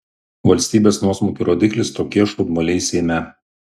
valstybės nuosmukio rodiklis tokie šūdmaliai seime